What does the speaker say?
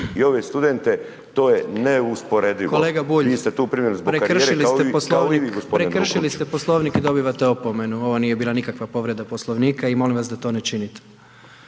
**Jandroković, Gordan (HDZ)** Prekršili ste Poslovnik i dobivate opomenu. Ovo nije bila nikakva povreda Poslovnika i molim vas da to ne činite.